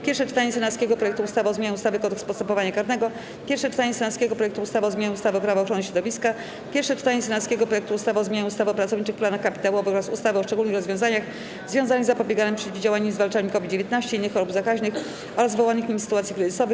Pierwsze czytanie senackiego projektu ustawy o zmianie ustawy - Kodeks postępowania karnego, - Pierwsze czytanie senackiego projektu ustawy o zmianie ustawy - Prawo ochrony środowiska, - Pierwsze czytanie senackiego projektu ustawy o zmianie ustawy o pracowniczych planach kapitałowych oraz ustawy o szczególnych rozwiązaniach związanych z zapobieganiem, przeciwdziałaniem i zwalczaniem COVID-19, innych chorób zakaźnych oraz wywołanych nimi sytuacji kryzysowych,